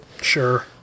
Sure